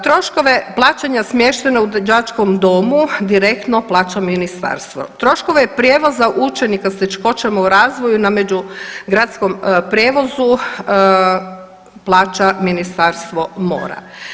Troškove plaćanja smještaja u đačkom domu direktno plaća ministarstvo, troškove prijevoza učenika s teškoćama u razvoju na međugradskom prijevozu plaća Ministarstvo mora.